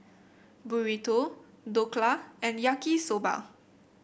Burrito Dhokla and Yaki Soba